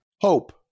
Hope